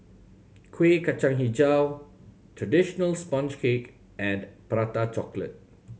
Kuih Kacang Hijau traditional sponge cake and Prata Chocolate